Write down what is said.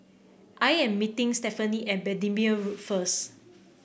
I am meeting Stefanie at Bendemeer Road first